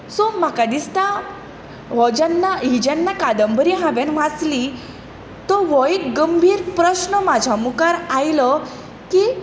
so म्हाका दिसता हो जेन्ना ही जेन्ना कादंबरी हावें वाचली तर हो एक गंभीर प्रस्न म्हाज्या मुखार आयलो की